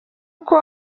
uko